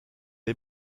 est